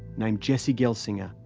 named jesse gelsinger,